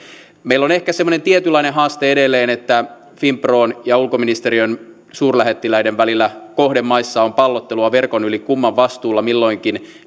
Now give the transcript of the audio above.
meillä on ehkä semmoinen tietynlainen haaste edelleen että finpron ja ulkoministeriön suurlähettiläiden välillä kohdemaissa on pallottelua verkon yli kumman vastuulla milloinkin